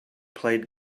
played